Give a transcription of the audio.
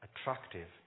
attractive